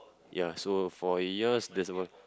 ya so for yours there's a ball